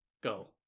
Go